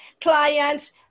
clients